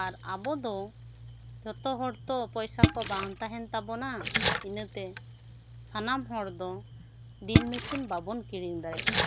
ᱟᱨ ᱟᱵᱚ ᱫᱚ ᱡᱚᱛᱚ ᱦᱚᱲ ᱛᱚ ᱯᱚᱭᱥᱟ ᱠᱚ ᱵᱟᱝ ᱛᱟᱦᱮᱸᱱ ᱛᱟᱵᱚᱱᱟ ᱤᱱᱟᱹ ᱛᱮ ᱥᱟᱱᱟᱢ ᱦᱚᱲ ᱫᱚ ᱰᱤᱞ ᱢᱤᱥᱤᱱ ᱵᱟᱵᱚᱱ ᱠᱤᱨᱤᱧ ᱫᱟᱲᱮᱭᱟᱜ ᱟ